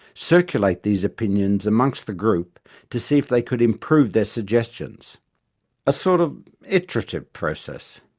circulate these opinions amongst the group to see if they could improve their suggestions a sort of iterative process.